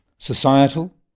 societal